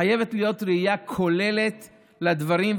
חייבת להיות ראייה כוללת של הדברים,